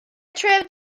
trip